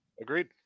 Agreed